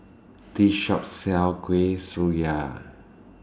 This Shop sells Kuih Syara